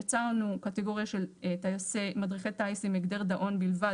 יצרנו קטגוריה של מדריכי טיס עם הגדר דאון בלבד.